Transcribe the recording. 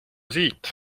siit